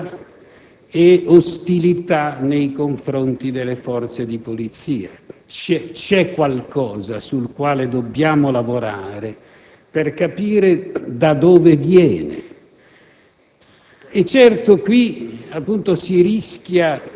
utilizzazione politica della violenza e ostilità nei confronti delle forze di polizia. C'è qualcosa su cui dobbiamo lavorare per capire da dove viene.